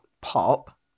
pop